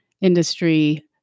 industry